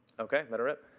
ok, let her rip.